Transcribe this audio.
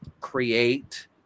create